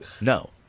No